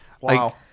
Wow